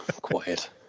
Quiet